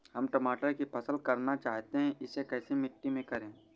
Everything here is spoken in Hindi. हम टमाटर की फसल करना चाहते हैं इसे कैसी मिट्टी में करें?